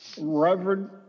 Reverend